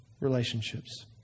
relationships